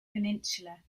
peninsula